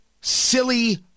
silly